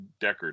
Deckard